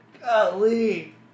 Golly